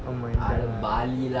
oh my god